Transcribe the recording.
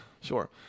Sure